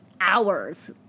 hours